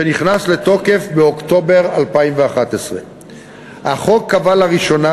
שנכנס לתוקף באוקטובר 2011. החוק קבע לראשונה